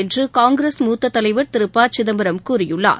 என்று காங்கிரஸ் மூத்த தலைவர் திரு ப சிதம்பரம் கூறியுள்ளார்